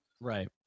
Right